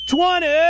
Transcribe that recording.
Twenty